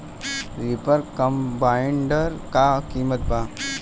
Reaper combiner का किमत बा?